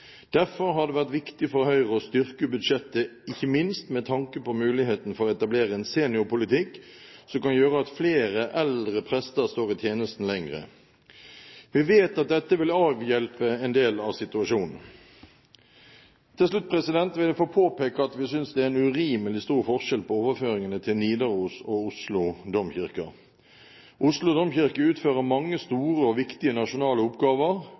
Derfor har det vært viktig for Høyre å styrke budsjettet, ikke minst med tanke på muligheten for å etablere en seniorpolitikk som kan gjøre at flere eldre prester står i tjenesten lenger. Vi vet at dette vil avhjelpe en del av situasjonen. Til slutt vil jeg få påpeke at vi synes det er en urimelig stor forskjell på overføringene til Nidarosdomen og Oslo domkirke. Oslo domkirke utfører mange store og viktige nasjonale oppgaver